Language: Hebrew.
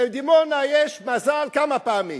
לדימונה יש מזל כמה פעמים,